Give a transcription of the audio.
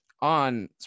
on